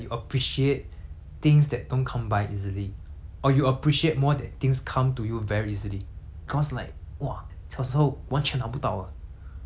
or you appreciate more that things come to you very easily cause like !wah! 小时候完全拿不到的 to 别人那些那些 well to do with family hor !wah!